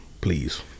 Please